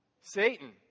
Satan